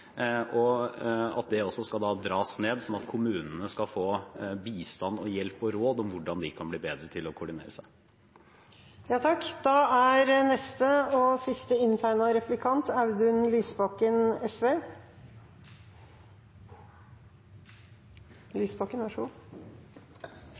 og at det også skal dras ned, slik at kommunene skal få bistand, hjelp og råd om hvordan de kan bli bedre til å koordinere